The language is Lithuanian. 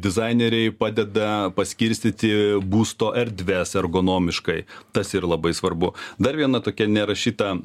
dizaineriai padeda paskirstyti būsto erdves ergonomiškai tas ir labai svarbu dar viena tokia nerašyta